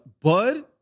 Bud